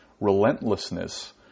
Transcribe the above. relentlessness